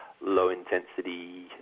low-intensity